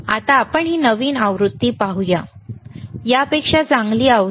आता आपण ही नवीन आवृत्ती पाहू या यापेक्षा चांगली आवृत्ती